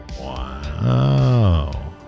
Wow